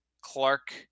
Clark